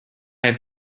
have